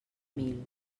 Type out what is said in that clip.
mil